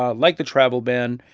ah like the travel ban,